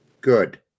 Good